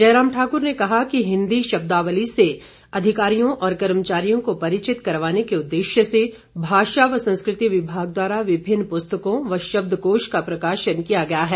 जयराम ठाकुर ने कहा कि हिंदी शब्दावली से अधिकारियों और कर्मचारियों को परिचित करवाने के उद्देश्य से भाषा व संस्कृति विभाग द्वारा विभिन्न पुस्तकों व शब्द कोष का प्रकाशन किया गया है